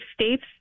states